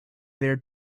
there